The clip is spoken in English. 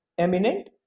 eminent